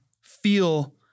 feel